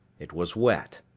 it was wet.